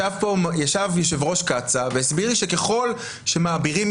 ישב יושב-ראש קצא"א והסביר לי שככל שמעבירים